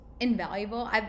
Invaluable